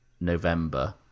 November